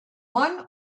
one